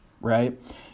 right